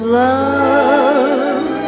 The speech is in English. love